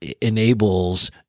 enables